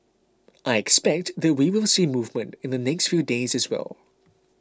I expect that we will see movement in the next few days as well